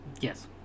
Yes